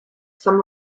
some